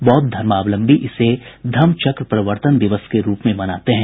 बौद्ध धर्मावलम्बी इसे धम्म चक्र प्रवर्तन दिवस के रूप में मनाते हैं